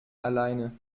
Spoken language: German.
alleine